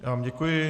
Já vám děkuji.